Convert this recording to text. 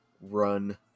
run